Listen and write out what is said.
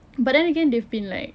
but then again they've been like